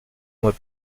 mois